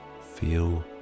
feel